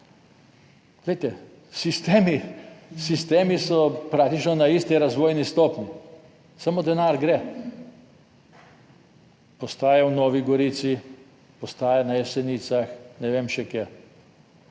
sistemi so praktično na isti razvojni stopnji, samo denar gre. Postaja v Novi Gorici, postaja na Jesenicah, ne vem še kje.